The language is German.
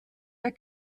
der